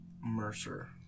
Mercer